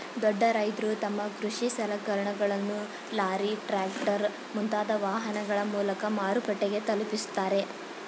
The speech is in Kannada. ದೊಡ್ಡ ರೈತ್ರು ತಮ್ಮ ಕೃಷಿ ಸರಕುಗಳನ್ನು ಲಾರಿ, ಟ್ರ್ಯಾಕ್ಟರ್, ಮುಂತಾದ ವಾಹನಗಳ ಮೂಲಕ ಮಾರುಕಟ್ಟೆಗೆ ತಲುಪಿಸುತ್ತಾರೆ